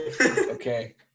Okay